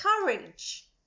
courage